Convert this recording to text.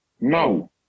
No